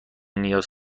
نیاز